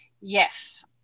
Yes